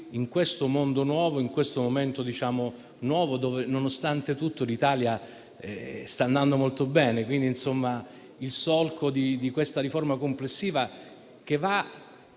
in questo mondo nuovo, in questo momento nuovo, dove nonostante tutto l'Italia sta andando molto bene. Abbiamo discusso del solco di questa riforma complessiva con i